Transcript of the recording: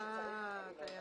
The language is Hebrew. בשעה 11:43.